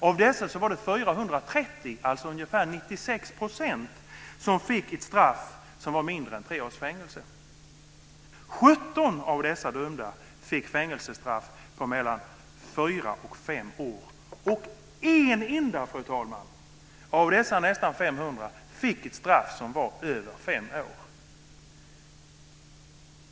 Av dessa var det 430, alltså ungefär 96 %, som fick ett straff som var mindre än tre års fängelse. 17 av de dömda fick fängelsestraff på mellan fyra och fem år, och en enda, fru talman, av dessa nästan 500 fick ett straff som var över fem år.